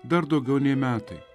dar daugiau nei metai